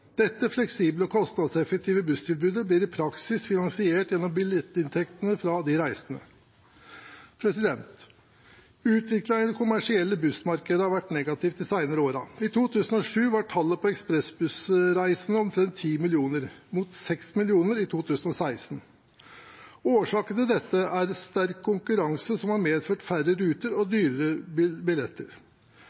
Dette fleksible og kostnadseffektive busstilbudet blir i praksis finansiert gjennom billettinntektene fra de reisende. Utviklingen i det kommersielle bussmarkedet har vært negativ de senere årene. I 2007 var tallet på ekspressbussreisende omtrent ti millioner mot seks millioner i 2016. Årsaken til dette er sterk konkurranse som har medført færre ruter og dyrere billetter.